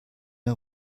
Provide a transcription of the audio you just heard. der